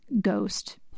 Ghost